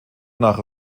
nach